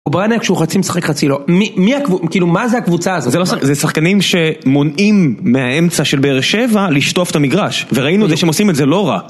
אוברניה כשהוא חצי משחק חצי לא, מי מי הק.. כאילו מה זה הקבוצה הזאת? זה לא שחק.. זה שחקנים ש.. מונעים מהאמצע של באר שבע לשטוף את המגרש. וראינו זה שהם עושים את זה לא רע.